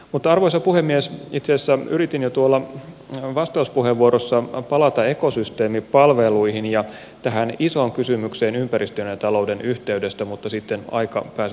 mutta arvoisa puhemies itse asiassa yritin jo vastauspuheenvuorossani palata ekosysteemipalveluihin ja tähän isoon kysymykseen ympäristön ja talouden yhteydestä mutta sitten aika pääsi loppumaan kesken